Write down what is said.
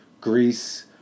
Greece